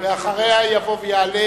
אחריה יבוא ויעלה